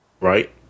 right